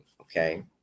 Okay